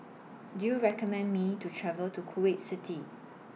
Do YOU recommend Me to travel to Kuwait City